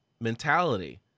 mentality